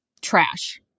Trash